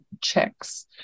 checks